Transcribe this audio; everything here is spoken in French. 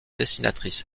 dessinatrice